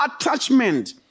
attachment